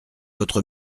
votre